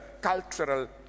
cultural